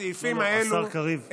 השר קריב,